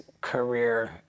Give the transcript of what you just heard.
career